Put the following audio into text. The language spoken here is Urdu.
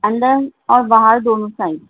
اندر اور باہر دونوں سائڈ